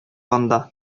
анда